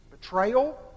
Betrayal